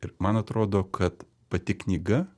ir man atrodo kad pati knyga